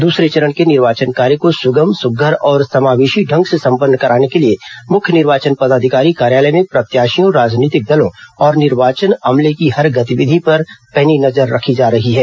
दूसरे चरण के निवर्चिन कार्य को सुगम सुध्यर और समावेशी ढंग से संपन्न कराने के लिए मुख्य निर्वाचन पदाधिकारी कार्यालय में प्रत्याशियों राजनीतिक दलों और निर्वाचन अमले की हर गतिविधि पर पैनी नजर रखी जा रही है